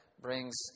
brings